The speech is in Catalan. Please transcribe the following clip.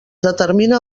determina